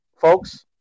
folks